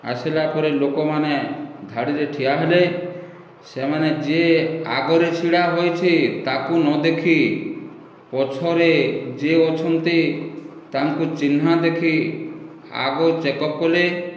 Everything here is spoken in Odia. ଆସିଲା ପରେ ଲୋକମାନେ ଧାଡ଼ିରେ ଠିଆ ହେଲେ ସେମାନେ ଯିଏ ଆଗରେ ଛିଡ଼ା ହୋଇଛି ତାକୁ ନଦେଖି ପଛରେ ଯିଏ ଅଛନ୍ତି ତାଙ୍କୁ ଚିହ୍ନା ଦେଖି ଆଗ ଚେକପ କଲେ